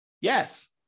Yes